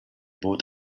both